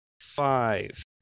five